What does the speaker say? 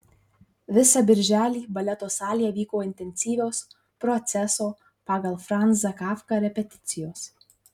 visą birželį baleto salėje vyko intensyvios proceso pagal franzą kafką repeticijos